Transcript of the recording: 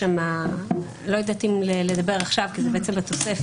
אני לא יודעת אם לדבר עכשיו כי זה בתוספת,